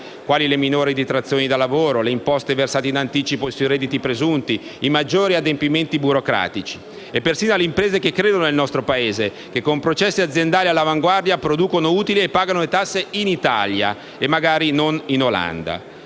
quali le minori detrazioni da lavoro, le imposte versate in anticipo sui redditi presunti e i maggiori adempimenti burocratici. Penso persino alle imprese che credono nel nostro Paese, le quali, con processi aziendali all'avanguardia, producono utili e pagano le tasse in Italia e non, magari, in Olanda.